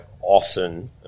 often